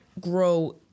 grow